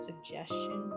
Suggestion